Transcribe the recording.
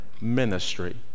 ministry